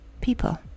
people